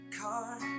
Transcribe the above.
car